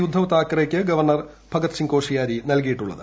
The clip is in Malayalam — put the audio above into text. ഉദ്ധവ് താക്കറെയ്ക്ക് ഗവർണർ ഭഗത് സിങ് കോഷിയാരി നൽകിയിട്ടുള്ളത്